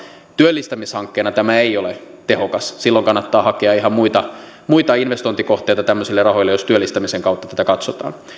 työllistämishankkeena tämä ei ole tehokas silloin kannattaa hakea ihan muita muita investointikohteita tämmöisille rahoille jos työllistämisen kautta tätä katsotaan